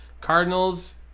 Cardinals